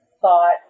thought